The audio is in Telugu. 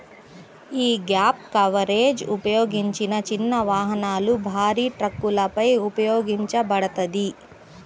యీ గ్యాప్ కవరేజ్ ఉపయోగించిన చిన్న వాహనాలు, భారీ ట్రక్కులపై ఉపయోగించబడతది